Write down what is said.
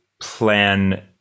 plan